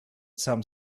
some